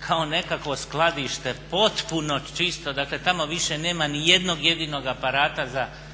kao nekakvo skladište potpuno čisto, dakle tamo više nema niti jednog jedinog aparata za posluživanje